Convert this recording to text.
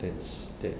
that's that